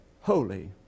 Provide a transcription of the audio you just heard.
holy